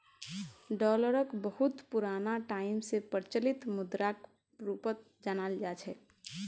डालरक बहुत पुराना टाइम स प्रचलित मुद्राक रूपत जानाल जा छेक